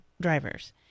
drivers